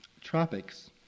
tropics